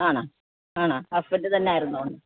ആണോ ആണോ ഹസ്ബൻറ്റ് തന്നായിരുന്നോ